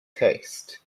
taste